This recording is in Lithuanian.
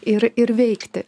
ir ir veikti